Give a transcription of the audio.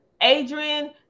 Adrian